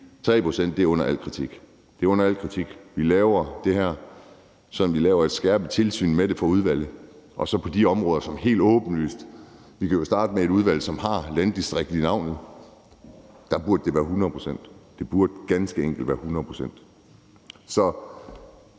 laver det her, så vi laver et skærpet tilsyn med det fra udvalgets side. Man kan jo starte med et udvalg, som har landdistrikt i navnet. Der burde det være 100 pct. Det burde ganske enkelt være 100 pct.